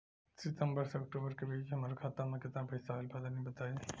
सितंबर से अक्टूबर के बीच हमार खाता मे केतना पईसा आइल बा तनि बताईं?